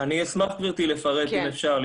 אשמח לפרט, גברתי, אם אפשר.